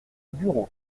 bureau